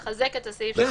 אנחנו